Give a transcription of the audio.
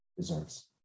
deserves